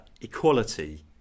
equality